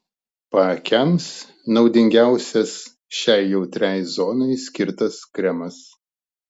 paakiams naudingiausias šiai jautriai zonai skirtas kremas